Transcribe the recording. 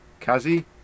Kazi